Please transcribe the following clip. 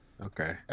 okay